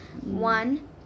One